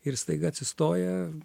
ir staiga atsistoja